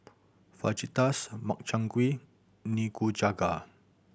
Fajitas Makchang Gui Nikujaga